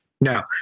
Now